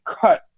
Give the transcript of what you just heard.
cut